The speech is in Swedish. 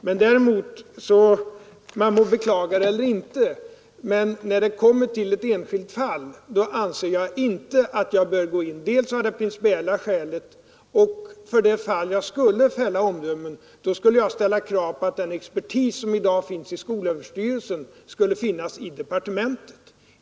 Man må beklaga det eller inte, men när det kommer till ett enskilt fall, anser jag däremot att jag av principiella skäl inte bör ingripa. Om jag skulle fälla ett omdöme, ställde jag nog krav på att den expertis som i dag finns i skolöverstyrelsen också skulle finnas i departementet.